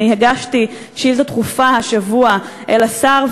אני הגשתי שאילתה דחופה השבוע לשר,